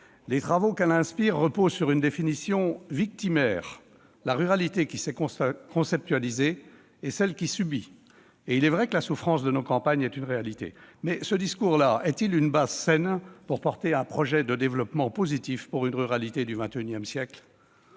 Les travaux qu'elle inspire reposent sur une définition victimaire : la ruralité qui s'est conceptualisée est celle qui subit. Il est certain que la souffrance de nos campagnes est réelle, mais ce discours est-il une base saine pour défendre un projet de développement positif pour une ruralité du XXI siècle ?